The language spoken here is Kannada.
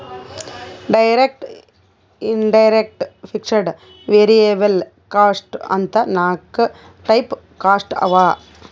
direct, indirect, fixed, variable cost ಅಂತ್ ನಾಕ್ ಟೈಪ್ ಕಾಸ್ಟ್ ಅವಾ